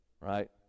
right